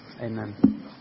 Amen